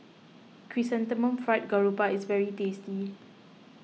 Chrysanthemum Fried Garoupa is very tasty